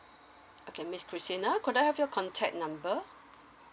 okay miss christina could I have your contact number